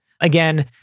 Again